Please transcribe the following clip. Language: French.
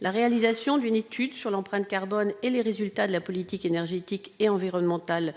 la réalisation d'une étude sur les résultats de la politique énergétique et environnementale menée